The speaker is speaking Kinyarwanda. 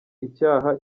icyaha